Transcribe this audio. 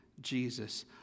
Jesus